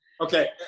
Okay